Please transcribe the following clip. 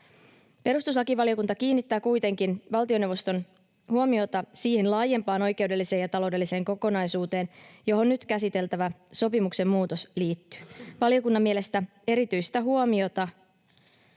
Perustuslakivaliokunta kiinnittää kuitenkin valtioneuvoston huomiota siihen laajempaan oikeudelliseen ja taloudelliseen kokonaisuuteen, johon nyt käsiteltävä sopimuksen muutos liittyy. Valiokunnan mielestä erityistä huomiota